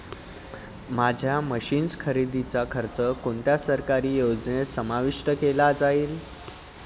माझ्या मशीन्स खरेदीचा खर्च कोणत्या सरकारी योजनेत समाविष्ट केला जाईल?